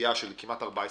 גבייה של כ-14 מיליון.